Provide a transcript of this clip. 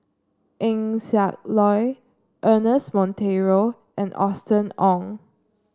Eng Siak Loy Ernest Monteiro and Austen Ong